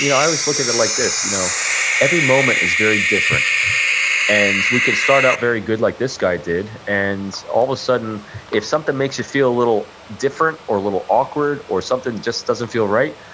you know i was looking at it like this, you know every moment is very different and we can start out very good like this guy did, and all of a sudden if something makes you feel a little different, or a little awkward, or something just doesn't feel right,